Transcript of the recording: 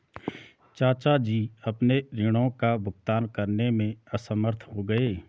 चाचा जी अपने ऋणों का भुगतान करने में असमर्थ हो गए